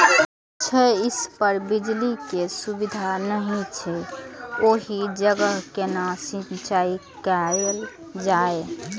छै इस पर बिजली के सुविधा नहिं छै ओहि जगह केना सिंचाई कायल जाय?